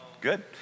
Good